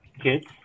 kids